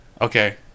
Okay